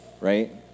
right